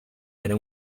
era